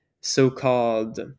so-called